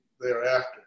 thereafter